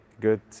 good